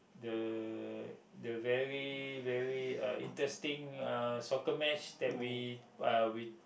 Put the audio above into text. the the very very uh interesting uh soccer match that we uh we